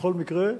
בכל מקרה,